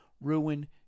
ruin